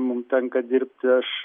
mum tenka dirbti aš